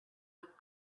with